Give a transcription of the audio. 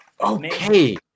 okay